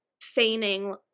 feigning